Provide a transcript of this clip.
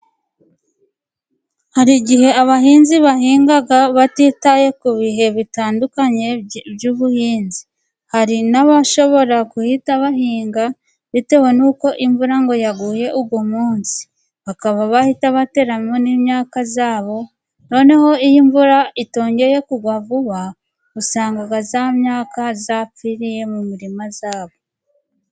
Hari igihe abahinzi bahinga batitaye ku bihe bitandukanye by'ubuhinzi, hari n'abashobora guhita bahinga bitewe n'uko imvura ngo yaguye uwo munsi, bakaba bahita bateramo n'imyaka yabo, noneho iyo imvura itongeye kugwa vuba usanga ya myaka yapfiriye mu mirima yabo.